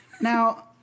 Now